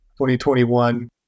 2021